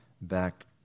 back